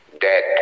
dead